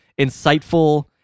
insightful